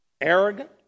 arrogant